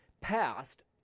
passed